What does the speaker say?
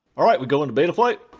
all right we go into betaflight